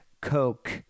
coke